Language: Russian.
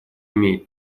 имеет